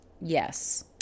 Yes